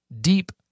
deep